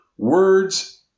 Words